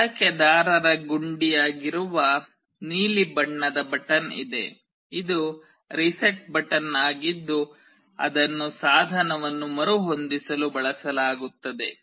ಬಳಕೆದಾರರ ಗುಂಡಿಯಾಗಿರುವ ನೀಲಿ ಬಣ್ಣದ ಬಟನ್ ಇದೆ ಇದು ರೀಸೆಟ್ ಬಟನ್ ಆಗಿದ್ದು ಅದನ್ನು ಸಾಧನವನ್ನು ಮರುಹೊಂದಿಸಲು ಬಳಸಲಾಗುತ್ತದೆ